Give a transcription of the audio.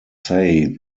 say